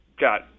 got